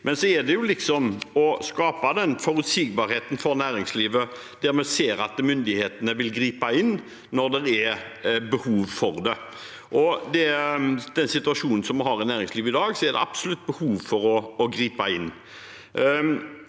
gjelder det å skape forutsigbarhet for næringslivet, der vi ser at myndighetene vil gripe inn når det er behov for det – og i den situasjonen som vi har i næringslivet i dag, er det absolutt behov for å gripe inn.